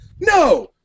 No